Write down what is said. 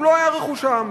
הוא לא היה רכוש העם.